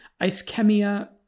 ischemia